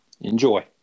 Enjoy